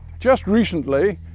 just recently,